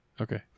Okay